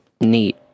Neat